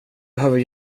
behöver